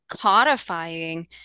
codifying